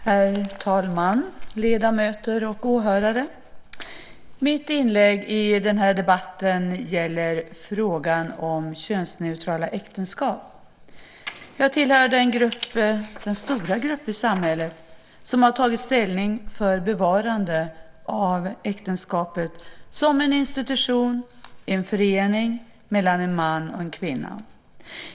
Herr talman! Ledamöter och åhörare! Mitt inlägg i den här debatten gäller frågan om könsneutrala äktenskap. Jag tillhör den stora grupp i samhället som har tagit ställning för bevarande av äktenskapet som en institution, en förening mellan en man och en kvinna.